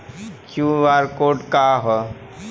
QR code का ह?